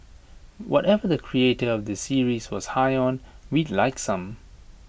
whatever the creator of this series was high on we'd like some